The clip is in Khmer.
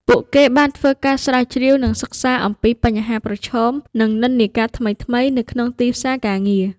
ពួកគេបានធ្វើការស្រាវជ្រាវ និងសិក្សាអំពីបញ្ហាប្រឈម និងនិន្នាការថ្មីៗនៅក្នុងទីផ្សារការងារ។